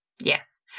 Yes